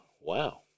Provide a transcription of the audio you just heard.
Wow